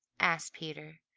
asked peter,